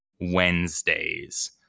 Wednesdays